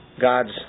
God's